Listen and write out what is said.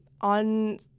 on